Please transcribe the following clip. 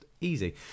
Easy